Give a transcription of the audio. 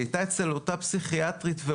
היא הייתה אצל אותה פסיכיאטרית והיא